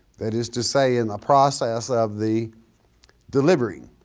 that is to say in the process of the delivering.